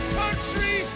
country